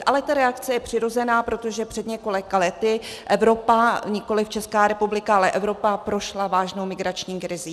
Ale ta reakce je přirozená, protože před několika lety Evropa, nikoli Česká republika, ale Evropa prošla vážnou migrační krizí.